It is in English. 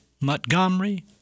Montgomery